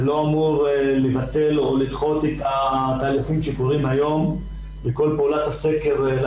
זה לא אמור לבטל או לדחות את התהליכים שקורים היום וכל פעולת הסקר.